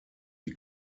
die